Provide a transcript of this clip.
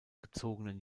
gezogenen